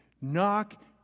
Knock